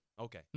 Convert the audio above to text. Okay